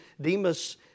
Demas